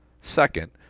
Second